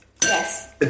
Yes